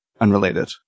Unrelated